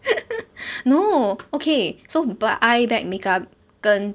no okay so but eye bag makeup 跟